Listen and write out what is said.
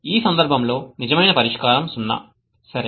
ఈ సందర్భంలో నిజమైన పరిష్కారం 0 సరే